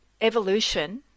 evolution